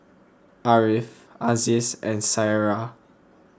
Ariff Aziz and Syirah